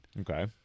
Okay